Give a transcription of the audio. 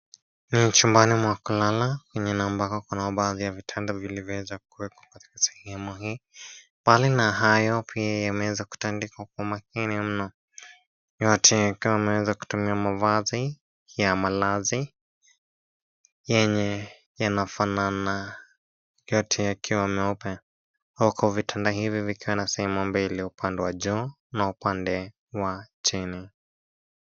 Mandhari ni chumba cha kulala ambamo kuna baadhi ya vitanda katika sehemu hii. Mbali na hayo pia yameweza kutandikwa kwa makini mno. Yote yanaweza kutumia mavazi ya malazi yenye yanafanana yote yakiwa meupe. Vitanda hivi vikiwa na sehemu bili. Upande wa juu na upande wa chini.